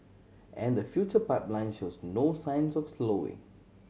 and the future pipeline shows no signs of slowing